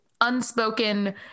unspoken